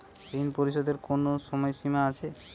ঋণ পরিশোধের কোনো সময় সীমা আছে?